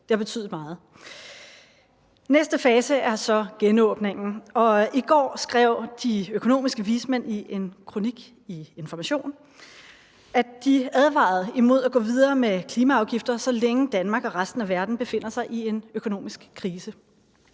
Det har betydet meget. Næste fase er så genåbningen, og i går skrev de økonomiske vismænd i en kronik i Information, at de advarer imod at gå videre med klimaafgifter, så længe Danmark og resten af verden befinder sig i en økonomisk krise.